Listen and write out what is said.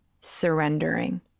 surrendering